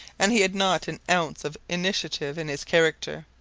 and he had not an ounce of initiative in his character,